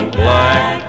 black